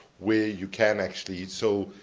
where you can, actually, so,